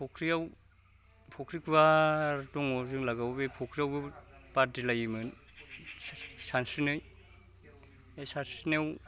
फख्रियाव फख्रि गुवार दङ' जों लागोआव बे फख्रियावबो बादिलायोमोन सानस्रिनाय बे सानस्रिनायाव